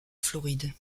floride